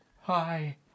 hi